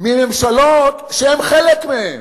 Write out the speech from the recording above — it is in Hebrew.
מממשלות שהם חלק מהן,